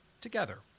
together